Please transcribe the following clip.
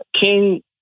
King